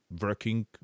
working